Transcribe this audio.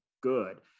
good